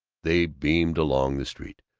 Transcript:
they beamed along the street.